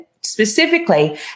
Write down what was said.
specifically